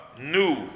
new